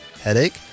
headache